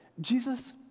Jesus